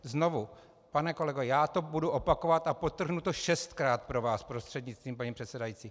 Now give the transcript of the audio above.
Znovu pane kolego, já to budu opakovat a podtrhnu to šestkrát pro vás prostřednictvím paní předsedající.